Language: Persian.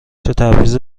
تبعیض